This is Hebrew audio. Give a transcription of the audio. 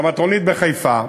במטרונית בחיפה.